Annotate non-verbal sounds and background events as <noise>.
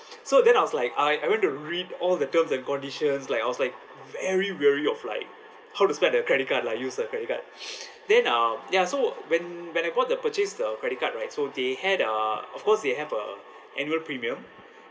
so then I was like I I went to read all the terms and conditions like I was like very wary of like how to spend the credit card like use the credit card <breath> then uh ya so when when I bought the purchase the credit card right so they had a of course they have a annual premium